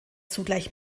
zugleich